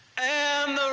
and